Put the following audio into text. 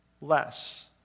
less